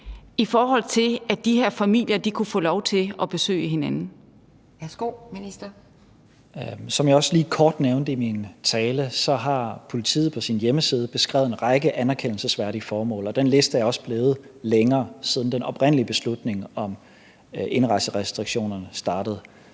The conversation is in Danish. og integrationsministeren (Mattias Tesfaye): Som jeg også lige kort nævnte i min tale, har politiet på sin hjemmeside beskrevet en række anerkendelsesværdige formål, og den liste er også blevet længere, siden den oprindelige beslutning om indrejserestriktionerne startede.